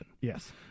Yes